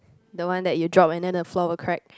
the one that you drop and then the floor will crack